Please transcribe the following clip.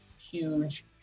huge